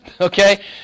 Okay